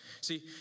See